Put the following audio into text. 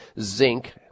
zinc